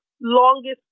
longest